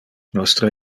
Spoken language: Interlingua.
nostre